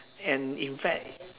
and in fact